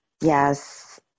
Yes